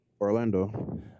Orlando